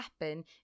happen